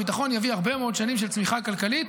הביטחון יביא הרבה מאוד שנים של צמיחה כלכלית